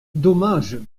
dommage